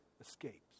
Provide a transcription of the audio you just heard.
escapes